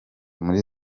muri